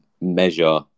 measure